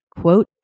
quote